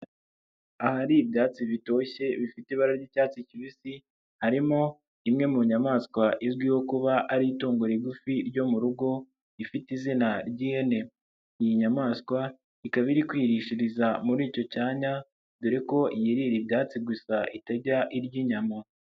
Ahari ibyatsi bitoshye bifite ibara ry'icyatsi kibisi, harimo imwe mu nyamaswa izwiho kuba ari itungo rigufi ryo mu rugo ifite izina ry'ihene. Iyi nyamaswa ikaba iri kwirishiriza muri icyo cyanya dore ko yirira ibyatsi gusa itajya irya inyama.